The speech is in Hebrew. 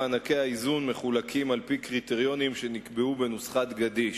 מענקי האיזון מחולקים על-פי קריטריונים שנקבעו בנוסחת גדיש.